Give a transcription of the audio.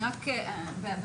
אבקש להעיר משהו ברשותך,